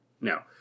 Now